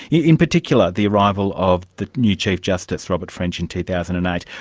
yeah in particular the arrival of the new chief justice, robert french in two thousand and eight.